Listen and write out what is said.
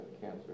cancer